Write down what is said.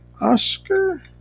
Oscar